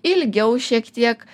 ilgiau šiek tiek